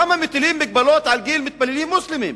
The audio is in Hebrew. למה מטילים מגבלות על גיל מתפללים מוסלמים?